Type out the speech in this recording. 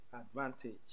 advantage